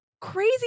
crazy